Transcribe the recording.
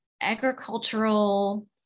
agricultural